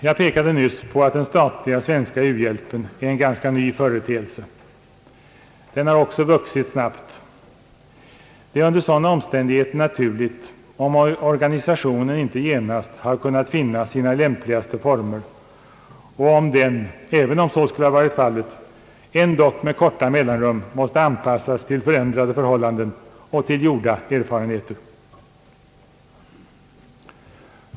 Jag pekade nyss på att den statliga svenska u-hjälpen är en ganska ny företeelse. Den har också vuxit snabbt. Det är under sådana omständigheter naturligt om organisationen inte genast har kunnat finna sina lämpligaste former och om den, även om så skulle ha varit fallet, ändock med korta mellanrum måste anpassas till förändrade förhållanden och till gjorda erfarenheter.